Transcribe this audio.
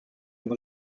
une